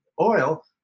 oil